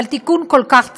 אבל תיקון כל כך צודק.